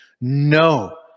No